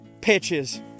pitches